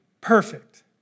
perfect